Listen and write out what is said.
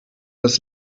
das